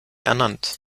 ernannt